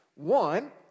One